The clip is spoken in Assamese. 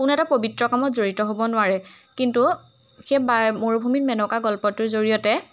কোনো এটা পৱিত্ৰ কৰ্মত জড়িত হ'ব নোৱাৰে কিন্তু সেই বা মৰুভূমিত মেনকা গল্পটোৰ জৰিয়তে